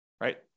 right